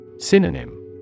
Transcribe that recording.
Synonym